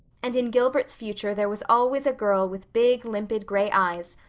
and in gilbert's future there was always a girl with big, limpid gray eyes,